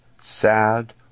sad